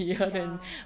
ya